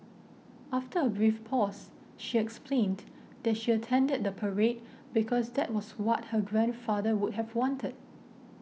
after a brief pause she explained that she attended the parade because that was what her grandfather would have wanted